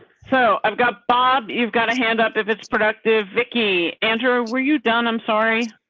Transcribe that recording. so i've got bob. you've got a hand up if it's productive. vicki. andrew, were you done? i'm sorry.